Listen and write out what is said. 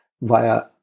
via